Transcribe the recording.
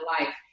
life